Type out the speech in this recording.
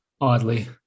oddly